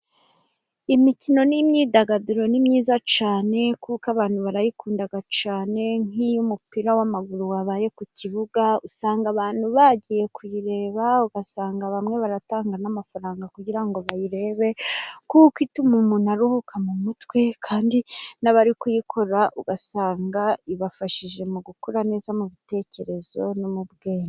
Imikino n'imyidagaduro ni myiza cyane kuko abantu barayikunda cyane. Nk'iy'umupira w'amaguru wabaye ku kibuga usanga abantu bagiye kuwureba. Ugasanga bamwe baratanga n'amafaranga kugira ngo bayirebe kuko ituma umuntu aruhuka mu mutwe. Kandi n'abari kuyikora ugasanga ibafashije mu gukura neza mu bitekerezo no mu bwenge.